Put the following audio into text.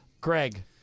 Greg